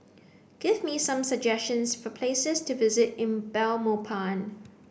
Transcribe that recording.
give me some suggestions for places to visit in Belmopan